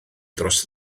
dros